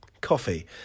coffee